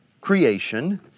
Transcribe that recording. creation